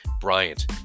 Bryant